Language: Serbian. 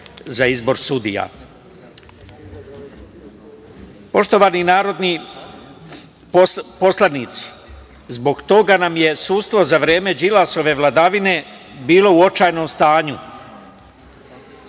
za izbor sudija. Poštovani narodni poslanici, zbog toga nam je sudstvo za vreme Đilasove vladavine bilo u očajnom stanju.